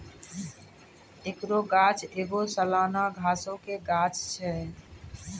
एकरो गाछ एगो सलाना घासो के गाछ छै